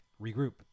Regroup